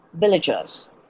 villagers